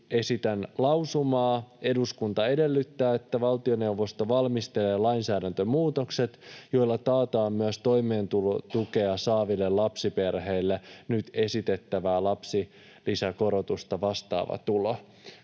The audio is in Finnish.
esitän lausumaa: ”Eduskunta edellyttää, että valtioneuvosto valmistelee lainsäädäntömuutokset, joilla taataan myös toimeentulotukea saaville lapsiperheille nyt esitettävää lapsilisäkorotusta vastaava tulo.”